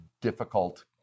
difficult